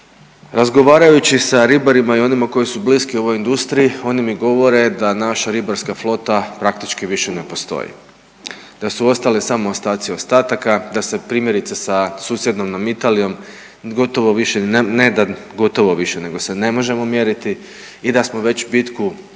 razgovarajući sa ribarima i onima koji su bliski ovoj industriji, oni mi govore da naša ribarska flota praktički više ne postoji, da su ostali samo ostaci ostataka, da se primjerice, sa susjednom nam Italijom gotovo više, ne da gotovo više, nego se ne možemo mjeriti i da smo već bitku